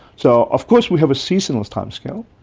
so of course we have a seasonal timescale,